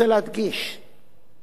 חברי הכנסת הנכבדים: